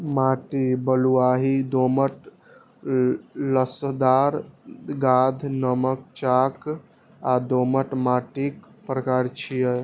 माटि बलुआही, दोमट, लसदार, गाद, नरम, चाक आ दोमट माटिक प्रकार छियै